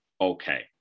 okay